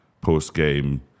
post-game